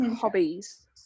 Hobbies